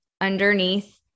underneath